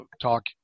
talk